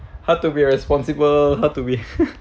how to be responsible how to be